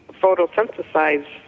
photosynthesize